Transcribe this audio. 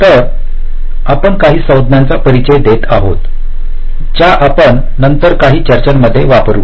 तर आपण काही संज्ञांचा परिचय देत आहोत ज्या आपण नंतर काही चर्चेमध्ये वापरू